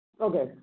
Okay